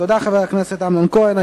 תודה, חבר הכנסת אמנון כהן.